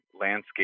landscape